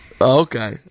Okay